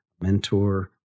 mentor